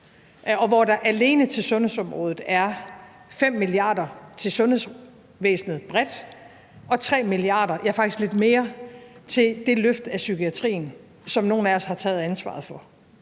og hvor der alene til sundhedsvæsenet bredt er 5 mia. kr. og 3 mia. kr., ja, faktisk lidt mere, til det løft af psykiatrien, som nogle af os har taget ansvaret for.